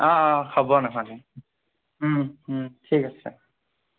অঁ অঁ হ'ব নহ'লে ঠিক আছে